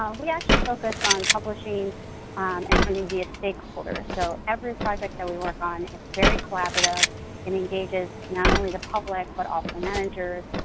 um we actually focus on publishing and funding via stakeholders, so every project that we work on is very collaborative and engages not only the public, but also managers,